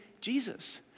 Jesus